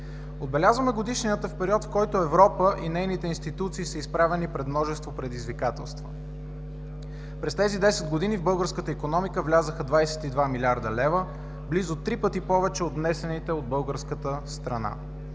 Отбелязваме годишнината в период, в който Европа и нейните институции са изправени пред множество предизвикателства. През тези 10 години в българската икономика влязоха 22 млрд. лв. – близо три пъти повече от внесените от българската страна;